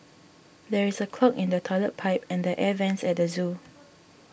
there is a clog in the Toilet Pipe and the Air Vents at the zoo